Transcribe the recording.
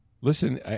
listen